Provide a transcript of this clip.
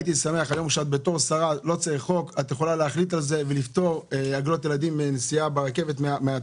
הייתי שמח אם בתור שרה תחליטי לפטור ילדים מתשלום ברכבת.